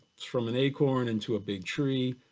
from an acorn into a big tree,